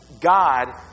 God